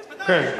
בוודאי.